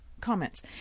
Comments